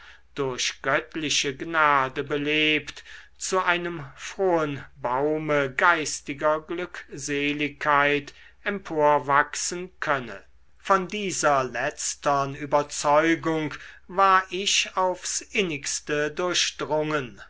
durch göttliche gnade belebt zu einem frohen baume geistiger glückseligkeit emporwachsen könne von dieser letztern überzeugung war ich aufs innigste durchdrungen